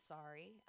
Sorry